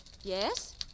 yes